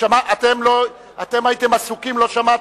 אתם הייתם עסוקים לא שמעתם,